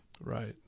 Right